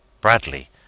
bradley